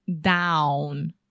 down